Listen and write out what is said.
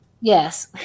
yes